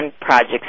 projects